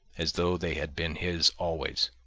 as though they had been his always.